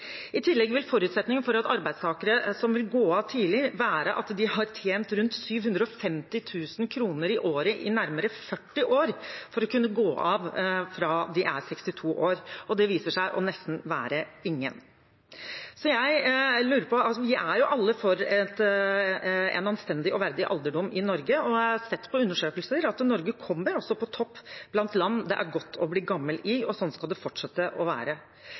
I tillegg vil forutsetningen for arbeidstakere som vil gå av tidlig, være at de har tjent rundt 750 000 kr i året i nærmere 40 år, for å kunne gå av fra de er 62 år. Det viser seg å være nesten ingen. Vi er jo alle for en anstendig og verdig alderdom i Norge. Jeg har sett undersøkelser som viser at Norge kommer på topp blant land det er godt å bli gammel i – og slik skal det fortsette å være.